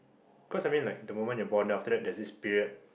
cause I mean like the moment you're born after that there's this period